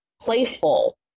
playful